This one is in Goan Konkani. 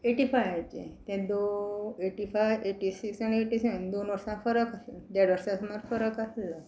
एटी फायाचें ते दो एटी फाय एटी सिक्स आनी एटी सेवन दोन वर्सां फरक देड वर्सा सुमार फरक आसलो